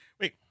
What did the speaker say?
Wait